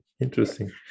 Interesting